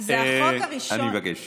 אנחנו מבקשים